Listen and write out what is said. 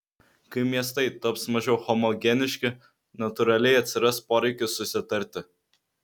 kai miestai taps mažiau homogeniški natūraliai atsiras poreikis susitarti